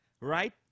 right